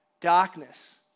darkness